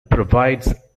provides